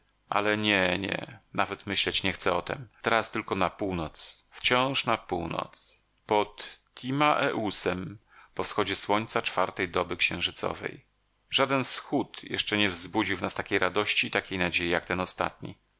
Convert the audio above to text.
ale nie nie nawet myśleć nie chcę o tem teraz tylko na północ wciąż na północ żaden wschód jeszcze nie wzbudził w nas takiej radości i takiej nadziei jak ten ostatni